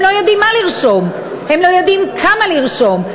הם לא יודעים מה לרשום, הם לא יודעים כמה לרשום,